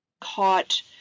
caught